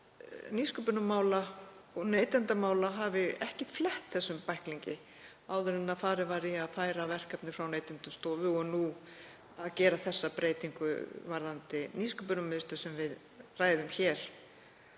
nýsköpunarmála og neytendamála hafi ekki flett þessum bæklingi áður en farið var í að færa verkefni frá Neytendastofu og gera þá breytingu varðandi Nýsköpunarmiðstöð sem við ræðum hér.